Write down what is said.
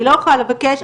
אני לא אוכל לבקש,